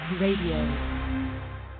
Radio